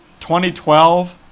2012